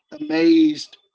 amazed